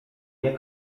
nie